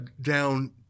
down